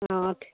हॅं